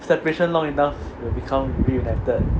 separation long enough will become reunited